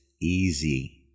easy